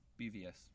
BVS